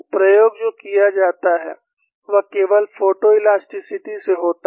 प्रयोग जो किया जाता है वह केवल फोटोइलास्टिसिटी से होता है